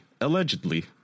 Allegedly